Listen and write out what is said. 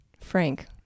frank